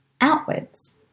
outwards